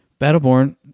Battleborn